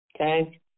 Okay